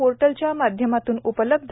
पोर्टलच्या माध्यमातून उपलब्ध